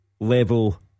level